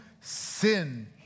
sin